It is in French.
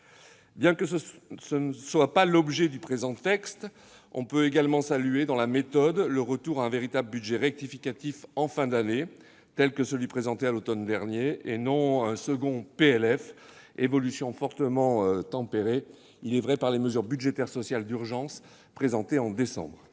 Bien que ce ne soit pas l'objet du présent texte, on peut également saluer, dans la méthode, le retour à un véritable budget rectificatif de fin d'année, à l'image de celui qui a été présenté à l'automne dernier, et non un « second » projet de loi de finances- évolution fortement tempérée, il est vrai, par les mesures budgétaires et sociales « d'urgence », présentées en décembre.